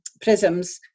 prisms